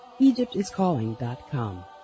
EgyptIsCalling.com